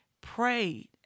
prayed